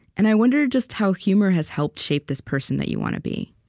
and i wondered just how humor has helped shape this person that you want to be